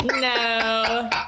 No